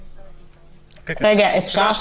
אפשר?